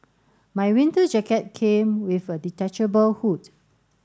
my winter jacket came with a detachable hood